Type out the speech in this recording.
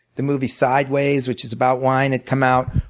the movie sideways, which is about wine, had come out.